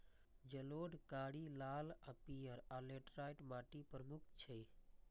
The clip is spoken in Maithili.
जलोढ़, कारी, लाल आ पीयर, आ लेटराइट माटि प्रमुख छै